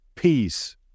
Peace